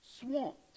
Swamped